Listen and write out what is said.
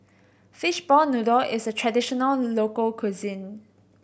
fishball noodle is a traditional local cuisine